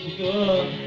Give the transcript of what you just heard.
good